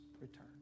return